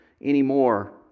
anymore